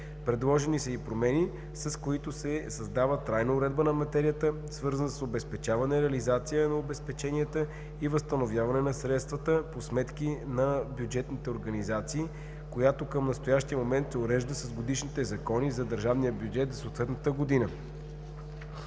Предложени са и промени, с които се създава трайна уредба на материята, свързана с обезпечаване, реализация на обезпеченията и възстановяването на средствата по сметки на бюджетните организации, която към настоящия момент се урежда с годишните закони за държавния бюджет за съответната година.